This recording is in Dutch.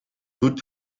goed